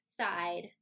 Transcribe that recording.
side